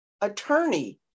attorney